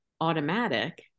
automatic